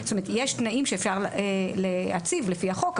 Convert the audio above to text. יש תנאים שאפשר להציב לפי החוק,